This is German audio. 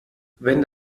wenn